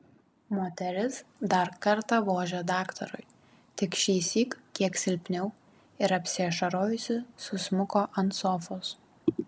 moteris dar kartą vožė daktarui tik šįsyk kiek silpniau ir apsiašarojusi susmuko ant sofos